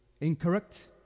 incorrect